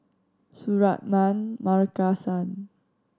Suratman Markasan